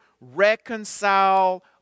reconcile